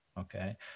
Okay